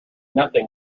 nothing